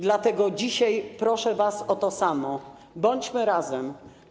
Dlatego dzisiaj proszę was o to samo: bądźmy razem.